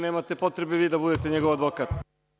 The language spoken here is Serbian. Nemate potrebe vi da budete njegov advokat.